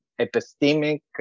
epistemic